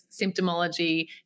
symptomology